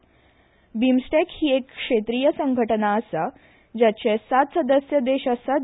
ब्रिमस्टेक ही एक क्षेत्रीक संघटन आसा जाचे सात वांगडी देश आसात